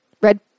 Red